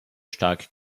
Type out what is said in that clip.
stark